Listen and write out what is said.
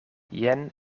jen